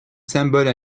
symbole